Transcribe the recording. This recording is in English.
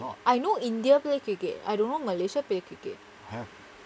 I know india play cricket I don't know malaysia play cricket